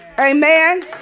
Amen